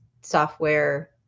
software